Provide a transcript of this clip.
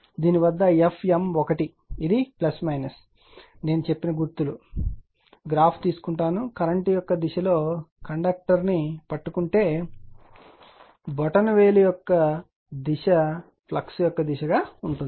కాబట్టి దీని వద్ద Fm1 ఇది నేను చెప్పిన గుర్తులు గ్రాఫ్ తీసుకుంటాను కరెంట్ యొక్క దిశలో కండక్టర్ను పట్టుకుంటే బొటనవేలు ఫ్లక్స్ యొక్క దిశగా ఉంటుంది